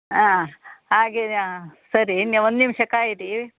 ಹಾಂ ಹಾಗೆಯಾ ಸರಿ ಇನ್ನು ಒಂದು ನಿಮಿಷ ಕಾಯಿರಿ